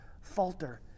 falter